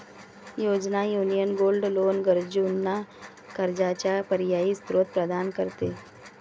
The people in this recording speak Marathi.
योजना, युनियन गोल्ड लोन गरजूंना कर्जाचा पर्यायी स्त्रोत प्रदान करते